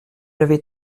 avait